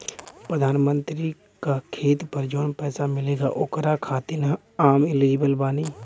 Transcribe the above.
प्रधानमंत्री का खेत पर जवन पैसा मिलेगा ओकरा खातिन आम एलिजिबल बानी?